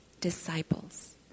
disciples